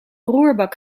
roerbak